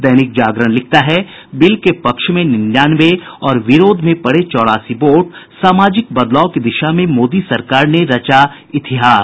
दैनिक जागरण लिखता है बिल के पक्ष में निन्यानवे और विरोध में पड़े चौरासी वोट सामाजिक बदलाव की दिशा में मोदी सरकार ने रचा इतिहास